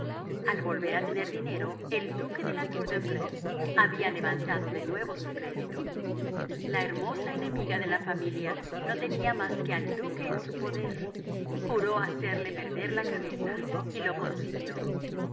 al volver a tener dinero el señor de la tour de embleuse había levantado de nuevo su crédito la hermosa enemiga de la familia no tenía más que al duque en su poder juró hacerle perder la cabeza y lo consiguió